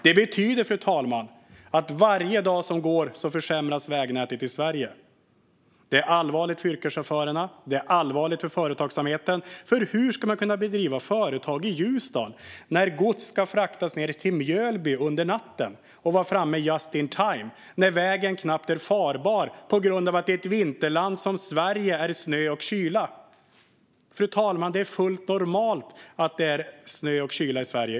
Det betyder, fru talman, att för varje dag som går försämras vägnätet i Sverige. Det är allvarligt för yrkeschaufförerna. Det är allvarligt för företagsamheten. Hur ska man kunna bedriva företag i Ljusdal när gods ska fraktas ned till Mjölby under natten och vara framme just in time, när vägen knappt är farbar på grund av att det i ett vinterland som Sverige är snö och kyla? Fru talman! Det är fullt normalt att det är snö och kyla i Sverige.